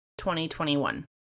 2021